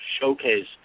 Showcase